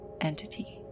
entity